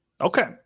Okay